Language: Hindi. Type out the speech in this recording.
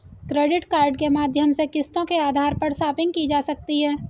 क्रेडिट कार्ड के माध्यम से किस्तों के आधार पर शापिंग की जा सकती है